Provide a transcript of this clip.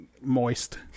moist